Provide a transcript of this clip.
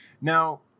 now